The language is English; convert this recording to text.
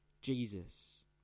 Jesus